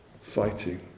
fighting